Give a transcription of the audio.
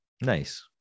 Nice